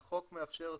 החוק מאפשר,